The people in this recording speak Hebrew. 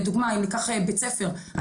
לדוגמא אם ניקח בית ספר,